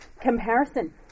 comparison